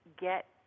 get